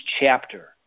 chapter